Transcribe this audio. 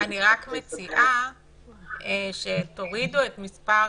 אני רק מציעה שתורידו את מספר